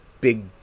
big